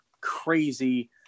crazy